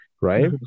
right